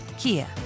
Kia